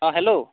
অঁ হেল্ল'